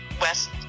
West